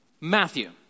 Matthew